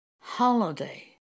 holiday